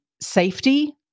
safety